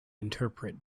interpret